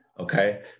Okay